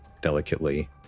delicately